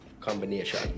Combination